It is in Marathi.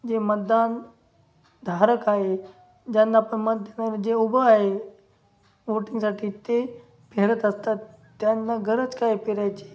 जे मतदान धारक आहे ज्यांना आपण मत देऊन जे उभं आहे वोटिंगसाठी ते फिरत असतात त्यांना गरज काय फिरायचे